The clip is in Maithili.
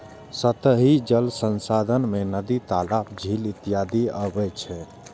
सतही जल संसाधन मे नदी, तालाब, झील इत्यादि अबै छै